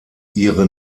ihre